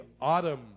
autumn